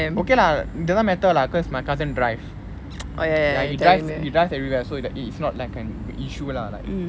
okay lah it doesn't matter lah cause my cousin drive ya he drives he drives everywhere so you it it's not like an issue lah like